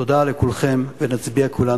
תודה לכולכם, ונצביע כולנו כאחד.